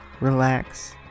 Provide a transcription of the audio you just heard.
relax